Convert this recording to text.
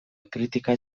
kritika